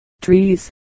trees